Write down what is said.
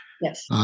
Yes